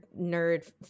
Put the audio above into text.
nerd